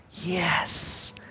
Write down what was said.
yes